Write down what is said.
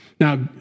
Now